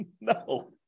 No